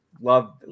Love